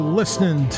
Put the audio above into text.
listening